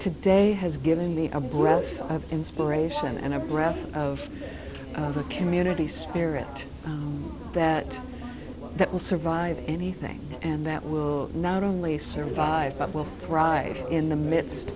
to day has given me a breath of inspiration and a breath of community spirit that that will survive anything and that will not only survive but will thrive in the midst